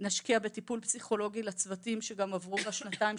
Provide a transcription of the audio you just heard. נשקיע בטיפול פסיכולוגי לצוותים שגם עברו בשנתיים,